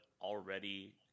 already